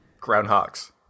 groundhogs